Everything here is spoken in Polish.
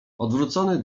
odwrócony